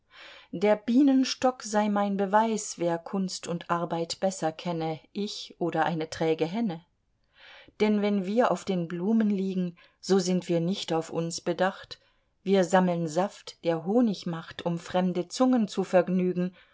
der bienenstock sei mein beweis wer kunst und arbeit besser kenne ich oder eine träge henne denn wenn wir auf den blumen liegen so sind wir nicht auf uns bedacht wir sammeln saft der honig macht um fremde zungen zu vergnügen